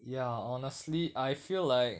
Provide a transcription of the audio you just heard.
ya honestly I feel like